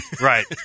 Right